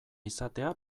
izatea